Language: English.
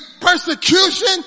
persecution